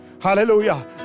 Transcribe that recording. Hallelujah